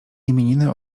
imieniny